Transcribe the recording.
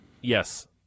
Yes